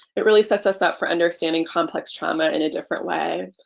it really sets us up for understanding complex trauma in a different way.